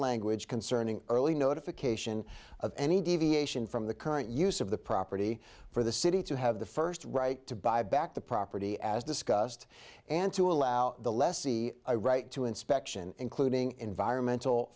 language concerning early notification of any deviation from the current use of the property for the city to have the first right to buy back the property as discussed and to allow the lessee a right to inspection including environmental